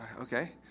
okay